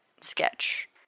sketch